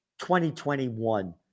2021